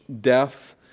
death